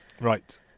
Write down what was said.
Right